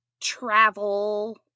travel